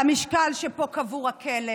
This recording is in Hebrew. על המשקל של "פה קבור הכלב",